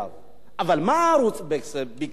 אבל מה הערוץ ביקש בסך הכול?